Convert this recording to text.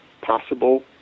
possible